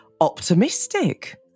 optimistic